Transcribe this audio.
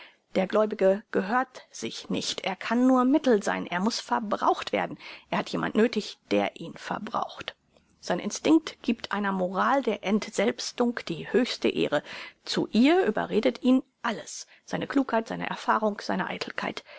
der gläubige gehört sich nicht er kann nur mittel sein er muß verbraucht werden er hat jemand nöthig der ihn verbraucht sein instinkt giebt einer moral der entselbstung die höchste ehre zu ihr überredet ihn alles seine klugheit seine erfahrung seine eitelkeit